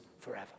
forever